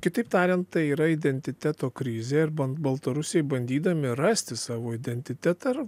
kitaip tariant tai yra identiteto krizė ir ban baltarusiai bandydami rasti savo identitetą